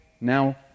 now